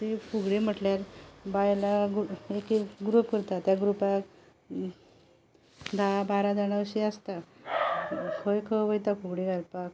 ती फुगडी म्हटल्यार बायल एक एक ग्रूप करता त्या ग्रुपाक धा बारा जाणां अशीं आसता खंय खंय वयता फुगडी घालपाक